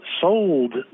sold